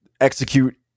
execute